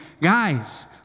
guys